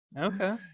okay